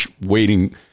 waiting